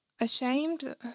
ashamed